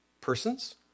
persons